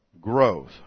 growth